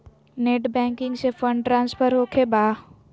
Net banking से fund transfer होखें बा?